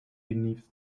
beneath